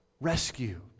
rescue